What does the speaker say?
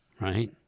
Right